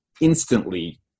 instantly